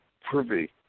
privy